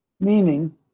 Meaning